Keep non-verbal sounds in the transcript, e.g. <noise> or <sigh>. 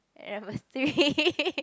ever think <laughs>